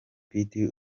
pitt